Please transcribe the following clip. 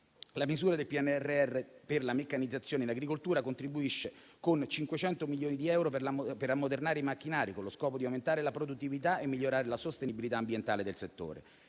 La misura del PNRR per la meccanizzazione in agricoltura contribuisce con 500 milioni di euro per ammodernare i macchinari, con lo scopo di aumentare la produttività e migliorare la sostenibilità ambientale del settore.